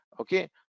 Okay